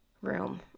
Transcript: room